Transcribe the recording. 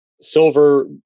silver